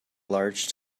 large